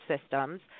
systems